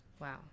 Wow